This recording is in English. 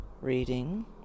reading